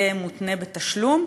תהיה מותנה בתשלום.